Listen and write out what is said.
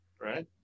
right